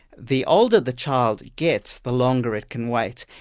the older the child gets, the longer it can wait,